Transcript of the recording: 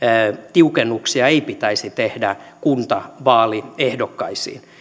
tiukennuksia ei pitäisi tehdä kuntavaaliehdokkaisiin